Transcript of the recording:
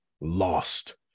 lost